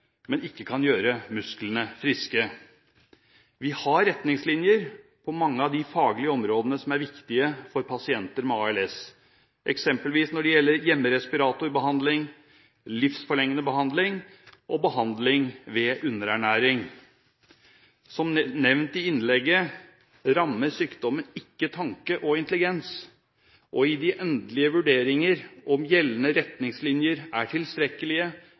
men som ikke kan gjøre musklene friske. Vi har retningslinjer på mange av de faglige områdene som er viktige for pasienter med ALS, eksempelvis når det gjelder hjemmerespiratorbehandling, livsforlengende behandling og behandling ved underernæring. Som nevnt i innlegget, rammer sykdommen ikke tanke og intelligens. I de endelige vurderinger om gjeldende retningslinjer er tilstrekkelige